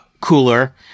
cooler